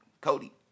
Cody